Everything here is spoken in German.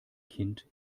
kind